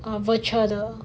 a virtual 的